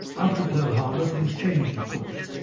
after pearl harbour things changed of course.